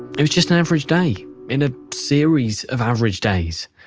it was just an average day in a series of average days.